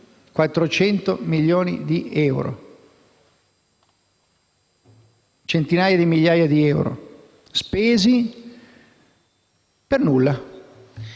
400 milioni di euro. Centinaia di milioni di euro spesi per nulla.